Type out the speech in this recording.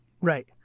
Right